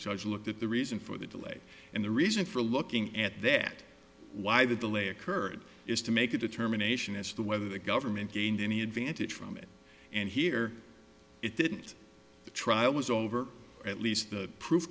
judge looked at the reason for the delay and the reason for looking at that why the delay occurred is to make a determination as to whether the government gained any advantage from it and here it didn't the trial was over at least the proof